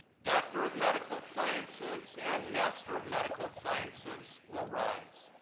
doctor of medical sciences, and master of medical sciences will rise.